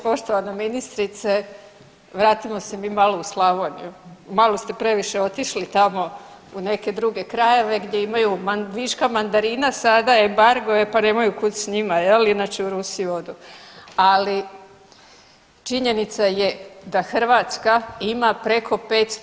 Poštovana ministrice, vratimo se mi malo u Slavoniju, malo ste previše otišli tamo u neke druge krajeve gdje imaju viška mandarina, sada je embargo e pa nemaju kud s njima jel inače u Rusiju odu, ali činjenica je da Hrvatska ima preko 500 JLS.